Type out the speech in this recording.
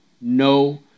no